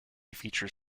feature